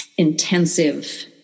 intensive